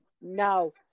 No